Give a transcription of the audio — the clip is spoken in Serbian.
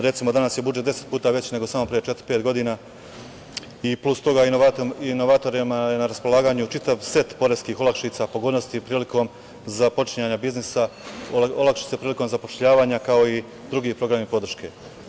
Recimo, danas je budžet 10 puta veći nego samo pre četiri, pet godina, i plus inovatorima je na raspolaganju čitav set poreskih olakšica, pogodnosti prilikom započinjanja biznisa, olakšice prilikom zapošljavanja, kao i drugi programi podrške.